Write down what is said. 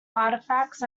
artifacts